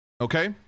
okay